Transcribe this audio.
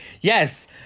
Yes